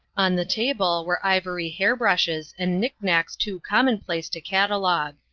on the table were ivory hair-brushes and knick-knacks too common place to catalogue.